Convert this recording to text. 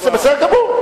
בסדר גמור.